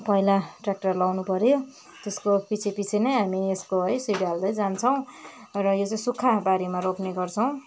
पैला ट्र्याक्टर लाउनु पऱ्यो त्यसको पिच्छे पिच्छे नै हामी यसको है सिड हाल्दै जान्छौँ र यो चाहिँ सुक्खा बारीमा रोप्ने गर्छौँ